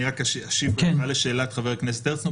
אני אשיב במענה לשאלת חבר הכנסת הרצנו,